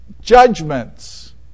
judgments